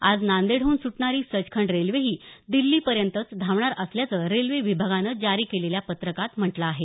आज नांदेडहून सुटणारी सचखंड रेल्वेही दिल्लीपर्यंतच धावणार असल्याचं रेल्वे विभागानं जारी केलेल्या पत्रकात म्हटलं आहे